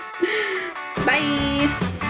Bye